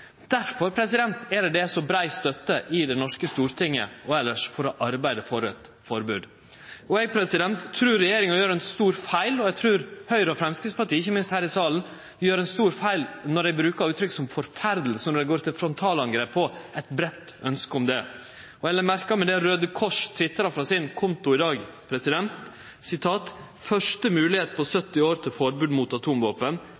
er det så brei støtte i Det norske storting og elles for å arbeide for eit forbod. Eg trur regjeringa gjer ein stor feil, og eg trur Høgre og Framstegspartiet, ikkje minst her i salen, gjer ein stor feil når dei brukar uttrykk som «forferdelse», og når dei går til frontalangrep på eit breitt ønske om forbod. Eg har merka meg det som Røde Kors tvitra frå kontoen sin i dag: «Første mulighet på